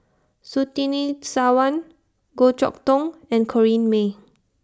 Surtini Sarwan Goh Chok Tong and Corrinne May